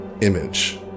image